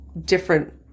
different